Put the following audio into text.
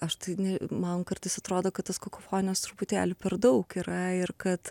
aš tai ne man kartais atrodo kad tos kakofonijos truputėlį per daug yra ir kad